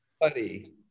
Buddy